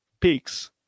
peaks